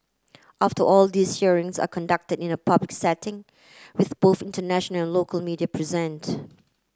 after all these hearings are conducted in a public setting with both international local media present